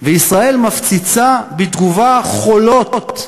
וישראל מפציצה בתגובה חולות,